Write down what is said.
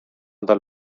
dal